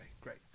great